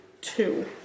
two